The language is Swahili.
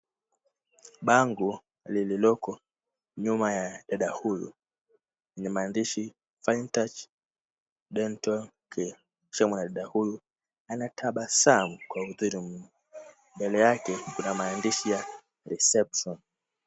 Bango lililoko nyuma ya dada huyu lenye maandishi FineTouch dental clinic kisha mwanadada huyu anatabasamu . Mbele yake kuna maandishi ya reception .